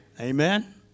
Amen